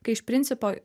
kai iš principo